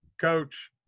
Coach